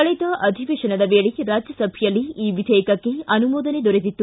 ಕಳೆದ ಅಧಿವೇಶನದ ವೇಳೆ ರಾಜ್ಯಸಭೆಯಲ್ಲಿ ಈ ವಿಧೇಯಕಕ್ಕೆ ಅನುಮೋದನೆ ದೊರೆತಿತ್ತು